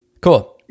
cool